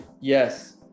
Yes